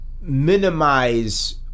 minimize